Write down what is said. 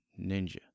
ninja